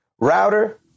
router